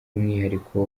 umwihariko